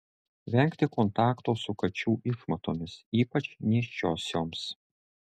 vengti kontakto su kačių išmatomis ypač nėščiosioms